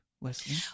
Leslie